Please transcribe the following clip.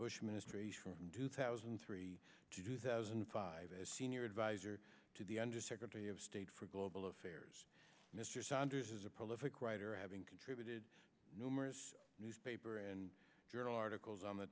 bush administration from two thousand and three to two thousand and five as senior advisor to the undersecretary of state for global affairs mr saunders is a prolific writer having contributed numerous newspaper and journal articles on the